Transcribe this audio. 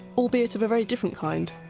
albeit of a very different kind.